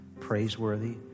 praiseworthy